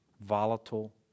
volatile